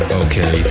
okay